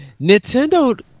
Nintendo